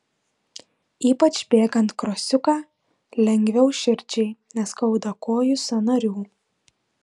ypač bėgant krosiuką lengviau širdžiai neskauda kojų sąnarių